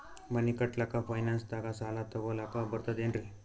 ಮನಿ ಕಟ್ಲಕ್ಕ ಫೈನಾನ್ಸ್ ದಾಗ ಸಾಲ ತೊಗೊಲಕ ಬರ್ತದೇನ್ರಿ?